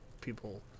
people